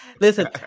Listen